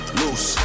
loose